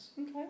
Okay